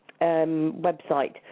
website